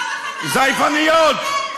זייפניות.